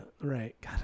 right